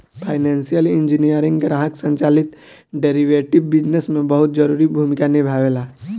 financial engineering ग्राहक संचालित derivative business में बहुत जरूरी भूमिका निभावेला